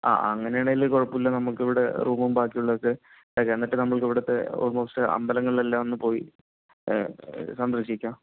ആ ആ അങ്ങനെയാണെങ്കിൽ കുഴപ്പമില്ല നമുക്കിവിടെ റൂമും ബാക്കിയുള്ളതൊക്കെ ഇതാക്കാം എന്നിട്ടു നമുക്കിവിടത്തെ ഓൾമോസ്റ്റ് അമ്പലങ്ങളെല്ലാം ഒന്നുപോയി സന്ദർശിക്കാം